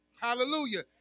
Hallelujah